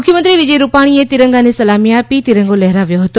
મુખ્યમંત્રી વિજય રૂપાણીએ તિરંગાને સલામી આપી તિરંગો લહેરાવ્યો હતો